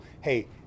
hey